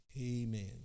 Amen